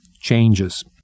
Changes